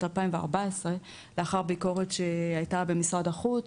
2014 לאחר ביקורת שהייתה במשרד החוץ,